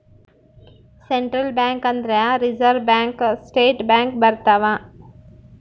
central bank ಅಂದ್ರ reserve bank state bank ಬರ್ತವ